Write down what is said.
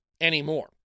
anymore